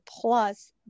plus